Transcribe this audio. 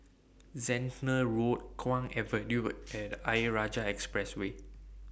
Zehnder Road Kwong Avenue and Ayer Rajah Expressway